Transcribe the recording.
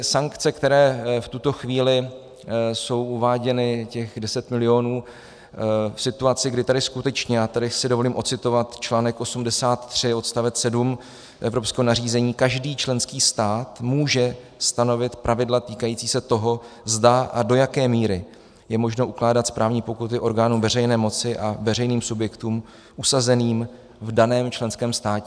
Sankce, které v tuto chvíli jsou uváděny, těch 10 milionů, v situaci, kdy skutečně a tady si dovolím odcitovat čl. 83 odst. 7 evropského nařízení každý členský stát může stanovit pravidla týkající se toho, zda a do jaké míry je možno ukládat správní pokuty orgánům veřejné moci a veřejným subjektům usazeným v daném členském státě.